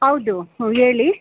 ಹೌದು ಹ್ಞೂ ಹೇಳಿ